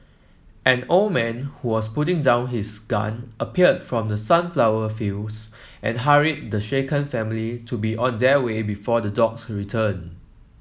an old man who was putting down his gun appeared from the sunflower fields and hurried the shaken family to be on their way before the dogs return